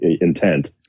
intent